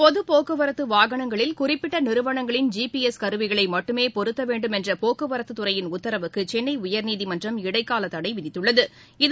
பொதுபோக்குவரத்துவாகனங்களில் குறிப்பிட்டநிறுவனங்களின் ஜிபிஎஸ் கருவிகளைமட்டுமேபொருத்தவேண்டும் என்றபோக்குவரத்துத் உத்தரவுக்குசென்னையர்நீதிமன்றம் துறையின் இடைக்காலதடைவிதித்துள்ளது